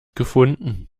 gefunden